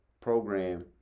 program